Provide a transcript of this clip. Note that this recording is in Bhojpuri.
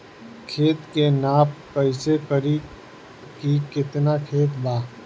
खेत के नाप कइसे करी की केतना खेत बा?